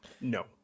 No